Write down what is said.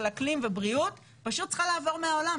אקלים ובריאות פשוט צריכה לעבור מהעולם,